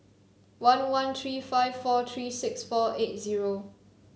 one one three five four three six four eight zero